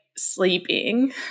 Sleeping